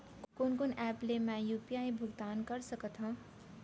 कोन कोन एप ले मैं यू.पी.आई भुगतान कर सकत हओं?